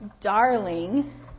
darling